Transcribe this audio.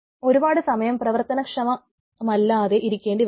ഒരുപാടുസമയം പ്രവർത്തനക്ഷമമല്ലാതെ ഇരിക്കേണ്ടിവരും